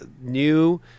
new